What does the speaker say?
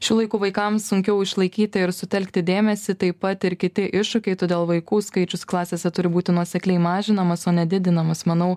šių laikų vaikams sunkiau išlaikyti ir sutelkti dėmesį taip pat ir kiti iššūkiai todėl vaikų skaičius klasėse turi būti nuosekliai mažinamas o ne didinamas manau